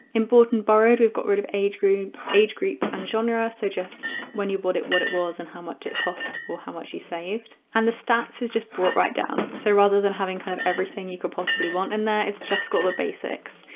borrowed we've got rid of age group age group and genre so just when you bought it what it was and how much it cost or how much you saved and the stats is just brought right down so rather than having kind of everything you could possibly want in there it's just got the basics.